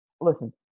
listen